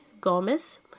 Gomez